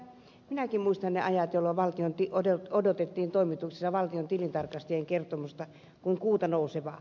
minäkin muistan ne ajat jolloin odotettiin toimituksessa valtiontilintarkastajien kertomusta kuin kuuta nousevaa